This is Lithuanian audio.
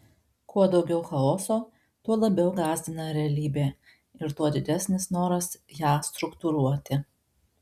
kuo daugiau chaoso tuo labiau gąsdina realybė ir tuo didesnis noras ją struktūruoti